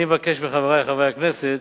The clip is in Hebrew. אני מבקש מחברי חברי הכנסת,